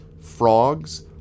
frogs